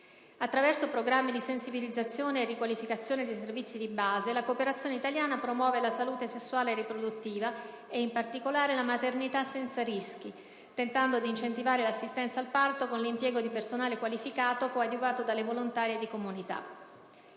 Attraverso programmi di sensibilizzazione e di riqualificazione dei servizi di base, la Cooperazione italiana promuove la salute sessuale e riproduttiva e, in particolare, la maternità senza rischi, tentando di incentivare l'assistenza al parto con l'impiego di personale qualificato coadiuvato dalle volontarie di comunità.